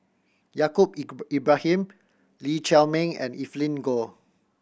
Yaacob Ibrahim Lee Chiaw Meng and Evelyn Goh